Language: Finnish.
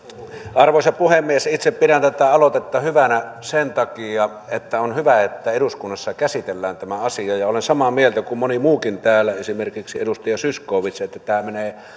arvoisa puhemies itse pidän tätä aloitetta hyvänä sen takia että on hyvä että eduskunnassa käsitellään tämä asia ja olen samaa mieltä kuin moni muukin täällä esimerkiksi edustaja zyskowicz että tämä menee